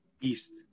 East